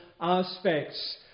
aspects